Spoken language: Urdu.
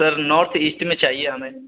سر نارتھ ایسٹ میں چاہیے ہمیں